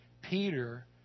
Peter